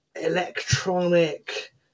electronic